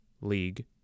League